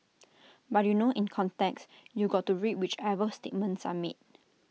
but you know in context you got to read whichever statements are made